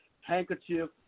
handkerchief